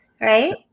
Right